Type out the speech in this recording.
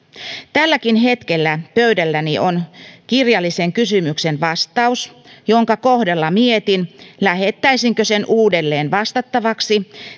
tälläkin hetkellä pöydälläni on kirjallisen kysymyksen vastaus jonka kohdalla mietin lähettäisinkö sen uudelleen vastattavaksi